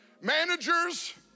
managers